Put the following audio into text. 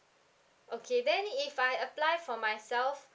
okay then if I apply for myself